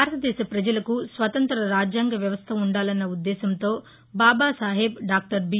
భారతదేశ పజలకు స్వతంత్ర రాజ్యాంగ వ్యవస్థ ఉండాలన్న ఉద్దేశ్యంతో డాక్టర్ బాబాసాహెబ్ డాక్టర్ బి